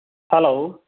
hello